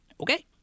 Okay